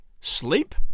Sleep